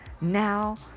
Now